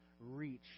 reach